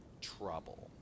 trouble